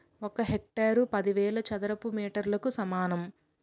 ఒక హెక్టారు పదివేల చదరపు మీటర్లకు సమానం